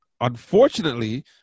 Unfortunately